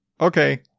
okay